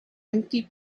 empty